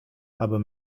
aber